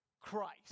Christ